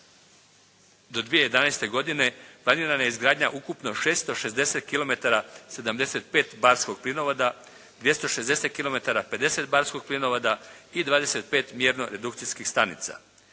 do 2011. godine planirana je izgradnja ukupno 660 kilimetara 75 barskog plinovoda, 260 kilometara 50 barskog plinovoda i 25 mjerno redukcijskih stanica.